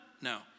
No